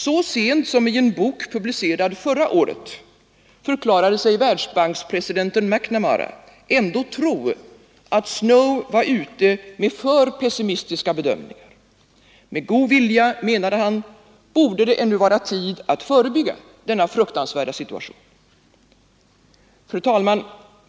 Så sent som i en bok publicerad förra året förklarade sig Världsbankspresidenten McNamara ändå tro att Snow var ute med alltför pessimistiska bedömningar — med god vilja, menade han, borde det ännu vara tid att förebygga denna fruktansvärda situation. Fru talman!